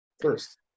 First